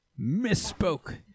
misspoke